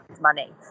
money